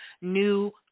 new